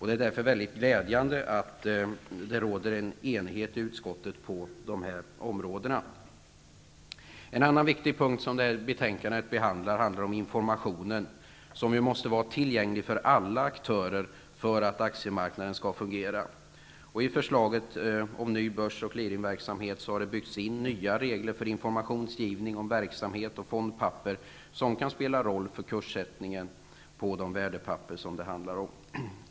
Det är därför väldigt glädjande att det råder enighet i utskottet på detta område. En annan viktig fråga som tas upp handlar om informationen, som ju måste vara tillgänglig för alla aktörer för att aktiemarknaden skall kunna fungera. I förslaget om ny börs och clearingverksamhet har det byggts in nya regler för informationsgivning när det gäller verksamhet och fondpapper, vilket kan spela en roll för kurssättningen på de värdepapper som det handlar om.